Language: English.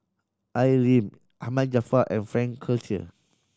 Al Lim Ahmad Jaafar and Frank Cloutier